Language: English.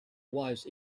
was